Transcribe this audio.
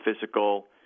physical